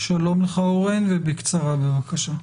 שלום לך אורן ובקצרה בבקשה.